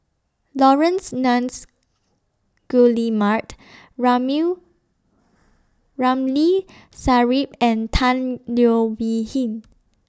Laurence Nunns Guillemard Ramli Sarip and Tan Leo Wee Hin